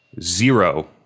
zero